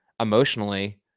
emotionally